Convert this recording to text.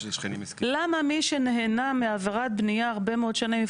למה מי שנהנה מעבירת בנייה הרבה מאוד שנים,